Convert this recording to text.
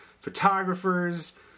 photographers